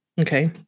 Okay